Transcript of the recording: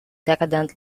decadent